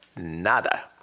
Nada